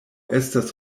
estas